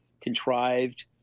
contrived